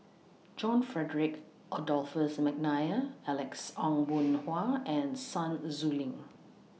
John Frederick Adolphus Mcnair Alex Ong Boon Hau and Sun Xueling